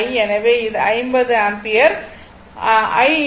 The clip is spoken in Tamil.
எனவே இது 50 ஆம்பியர் I∞